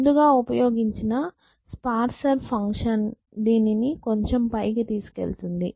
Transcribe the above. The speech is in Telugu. ముందుగా ఉపయోగించిన స్పార్సర్ ఫంక్షన్ దీనిని కొంచం పైకి తీసుకెళ్తుంది